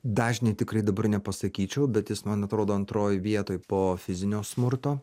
dažnį tikrai dabar nepasakyčiau bet jis man atrodo antroj vietoj po fizinio smurto